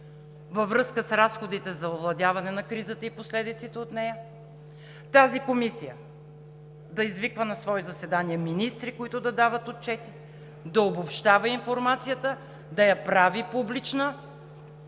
във връзка с разходите за овладяване на кризата и последиците от нея. Тази комисия да извиква на свои заседания министри, които да дават отчети, да обобщава информацията, да я прави публична.